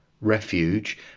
refuge